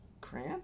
crayon